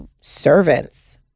servants